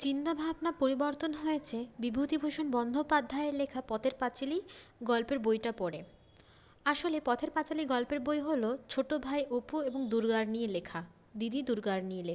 চিন্তাভাবনা পরিবর্তন হয়েছে বিভূতিভূষণ বন্দোপাধ্যায়ের লেখা পথের পাঁচালী গল্পের বইটা পড়ে আসলে পথের পাঁচালী গল্পের বই হলো ছোট ভাই অপু এবং দুর্গার নিয়ে লেখা দিদি দুর্গার নিয়ে লেখা